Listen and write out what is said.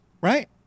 right